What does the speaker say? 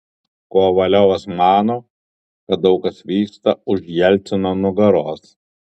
kovaliovas mano kad daug kas vyksta už jelcino nugaros